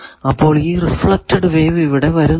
അപ്പോൾ ഈ reflected wave ഇവിടെ വരുന്നില്ല